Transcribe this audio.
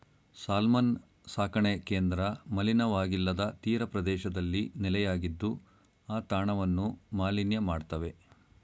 salmon ಸಾಕಣೆ ಕೇಂದ್ರ ಮಲಿನವಾಗಿಲ್ಲದ ತೀರಪ್ರದೇಶದಲ್ಲಿ ನೆಲೆಯಾಗಿದ್ದು ಆ ತಾಣವನ್ನು ಮಾಲಿನ್ಯ ಮಾಡ್ತವೆ